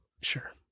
Sure